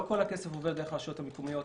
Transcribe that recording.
לא כל הכסף עובר דרך הרשויות המקומיות,